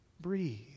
Breathe